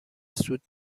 سود